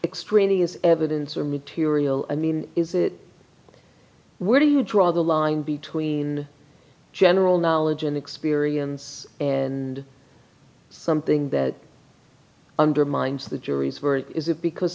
extraneous evidence or material i mean is it where do you draw the line between general knowledge and experience and something that undermines the jury's verdict is it because